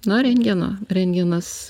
nuo rentgeno rentgenas